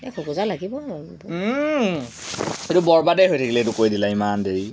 এই খোকোজা লাগিব আৰু